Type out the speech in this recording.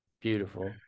Beautiful